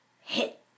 hit